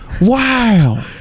Wow